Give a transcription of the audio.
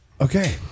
Okay